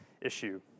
issue